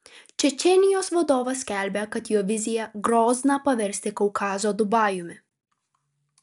čečėnijos vadovas skelbia kad jo vizija grozną paversti kaukazo dubajumi